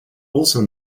also